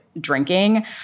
drinking